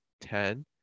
ten